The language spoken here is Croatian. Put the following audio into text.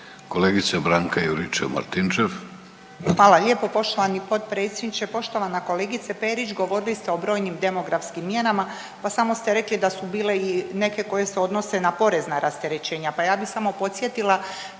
Branka (HDZ)** Hvala lijepo poštovani potpredsjedniče, poštovana kolegice Perić. Govorili ste o brojnim demografskim mjerama pa samo ste rekli da su bile i neke koje se odnose na porezna rasterećenja pa ja bih samo podsjetila